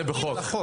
זה בחוק.